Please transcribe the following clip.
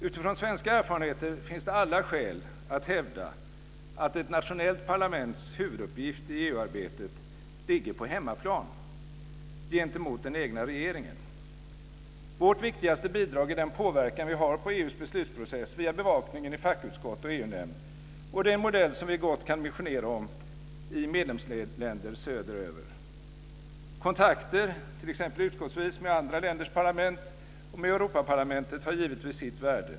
Utifrån svenska erfarenheter finns det alla skäl att hävda att ett nationellt parlaments huvuduppgift i EU-arbetet ligger på hemmaplan - gentemot den egna regeringen. Vårt viktigaste bidrag är den påverkan vi har på EU:s beslutsprocess via bevakningen i fackutskott och EU nämnd, och det är en modell som vi gott kan missionera om i medlemsländer söderöver. Kontakter, t.ex. utskottsvis, med andra länders parlament och med Europaparlamentet har givetvis sitt värde.